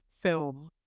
film